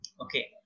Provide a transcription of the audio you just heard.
okay